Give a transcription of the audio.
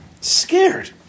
scared